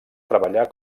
treballar